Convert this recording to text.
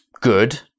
good